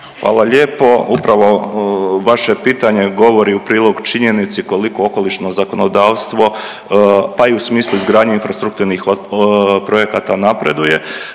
Hvala lijepo. Upravo vaše pitanje govori u prilog činjenici koliko okolišno zakonodavstvo pa i u smislu izgradnje infrastrukturnih projekata napreduje.